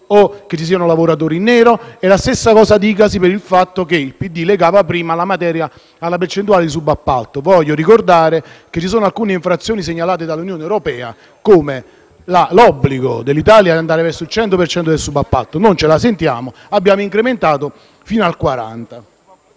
né che ci siano lavoratori in nero. Lo stesso dicasi per il fatto che il PD legava prima la materia alla percentuale di subappalto. Voglio ricordare che ci sono alcune infrazioni segnalate dall'Unione europea come l'obbligo dell'Italia di andare verso il 100 per cento del subappalto, non ce la sentiamo, abbiamo incrementato fino al 40.